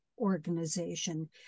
organization